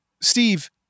Steve